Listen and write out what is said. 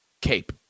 Cape